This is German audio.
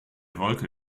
wolke